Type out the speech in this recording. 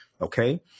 Okay